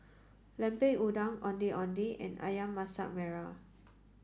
Lemper Udang Ondeh Ondeh and Ayam Masak Merah